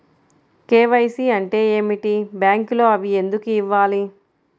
KYC అంటే ఏమిటి? బ్యాంకులో అవి ఎందుకు ఇవ్వాలి?